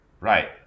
right